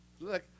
Look